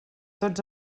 tots